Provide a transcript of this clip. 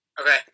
Okay